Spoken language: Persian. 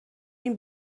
این